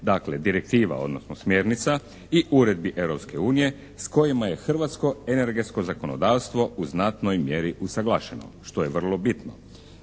dakle direktiva odnosno smjernica i uredbi Europske unije s kojima je hrvatsko energetsko zakonodavstvo u znatnoj mjeri usuglašeno što je vrlo bitno.